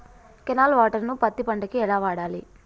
Canal water ను పత్తి పంట కి ఎలా వాడాలి?